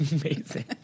amazing